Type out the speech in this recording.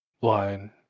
line